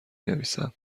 نویسم